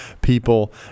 People